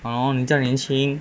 hor 你这样年轻